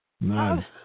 None